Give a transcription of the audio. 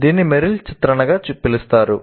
దీన్ని మెరిల్ చిత్రణగా పిలుస్తారు